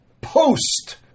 post